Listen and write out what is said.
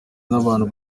n’abantu